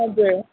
हजुर